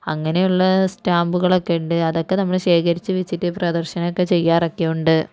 അങ്ങനെയുള്ള സ്റ്റാമ്പുകളൊക്കെയുണ്ട് അതൊക്കെ നമ്മൾ ശേഖരിച്ച് വെച്ചിട്ട് പ്രദർശനമൊക്കെ ചെയ്യാറൊക്കെയുണ്ട്